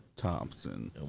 Thompson